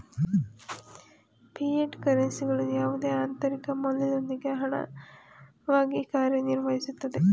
fiat ಕರೆನ್ಸಿಗಳು ಯಾವುದೇ ಆಂತರಿಕ ಮೌಲ್ಯದೊಂದಿಗೆ ಹಣವಾಗಿ ಕಾರ್ಯನಿರ್ವಹಿಸುತ್ತೆ